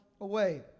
away